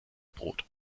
brot